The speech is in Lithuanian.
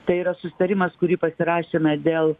tai yra susitarimas kurį pasirašėme dėl